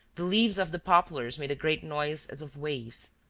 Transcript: the leaves of the poplars made a great noise as of waves,